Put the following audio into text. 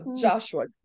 Joshua